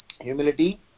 humility